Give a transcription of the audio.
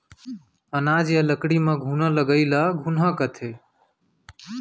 अनाज या लकड़ी मन म घुना लगई ल घुनहा कथें